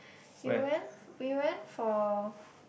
you went you went for